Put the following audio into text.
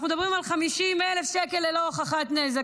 אנחנו מדברים על 50,000 שקל ללא הוכחת נזק.